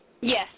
Yes